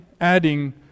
adding